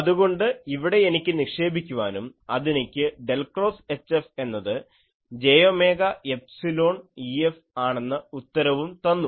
അതുകൊണ്ട് ഇവിടെ എനിക്ക് നിക്ഷേപിക്കുവാനും അതെനിക്ക് ഡെൽ ക്രോസ് HFഎന്നത് j ഒമേഗ എപ്സിലോൺ EFആണെന്ന ഉത്തരവും തന്നു